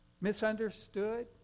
misunderstood